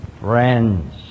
friends